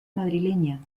madrileña